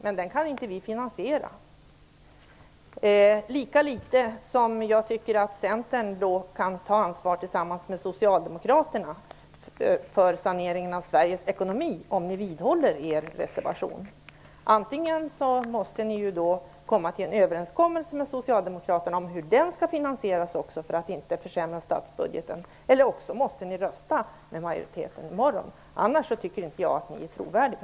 Men den kan inte vi finansiera, lika litet som jag tycker att Centern kan ta ansvar tillsammans med Socialdemokraterna för saneringen av Sveriges ekonomi, om ni vidhåller er reservation. Däremot är jag helt på det klara med att en halvering ligger i beslutet. Men jag är också övertygad om att de enskilda vägarna kommer att skötas under detta år. Det finns ingen som vill att de skall försämras, att de skall stängas eller att de skall var oframkomliga. Antingen måste ni då komma fram till en överenskommelse med Socialdemokraterna om hur den skall finansieras för att inte försämra statsbudgeten, eller också måste ni rösta med majoriteten i morgon. Annars tycker inte jag att ni är trovärdiga.